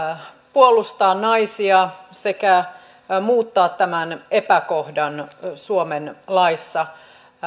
puolustaa naisia sekä muuttaa tämän epäkohdan suomen laissa